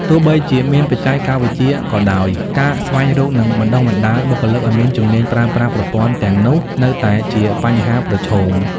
ទោះបីជាមានបច្ចេកវិទ្យាក៏ដោយ ការស្វែងរក និងបណ្តុះបណ្តាលបុគ្គលិកឱ្យមានជំនាញប្រើប្រាស់ប្រព័ន្ធទាំងនោះនៅតែជាបញ្ហាប្រឈម។